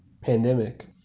pandemic